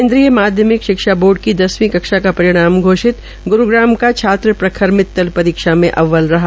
केन्द्रय माध्यमिक शिक्षा बोर्ड की दसवीं कक्षा का परिणाम घोषित ग्रूग्राम का छात्र प्रखर मित्त्ल परीक्षा में अव्वल रहा